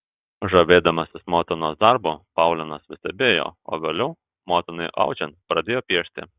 žavėdamasis motinos darbu paulinas vis stebėjo o vėliau motinai audžiant pradėjo piešti